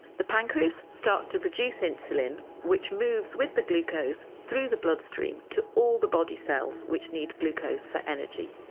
the pancreas starts to produce insulin which moves with the glucose through the bloodstream to all the body cells which need glucose for energy.